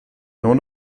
nur